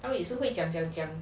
I mean 是会讲讲讲